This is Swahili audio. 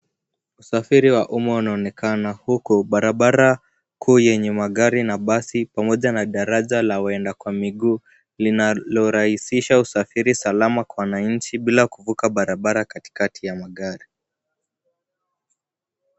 Usafiri wa umma unaonekana huko. Barabara kuu yenye magari na basi pamoja na daraja la waenda kwa miguu linalorahisisha usafiri salama kwa wananchi bila kuvuka barabara katikati ya magari.